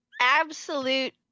absolute